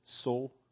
soul